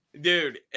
Dude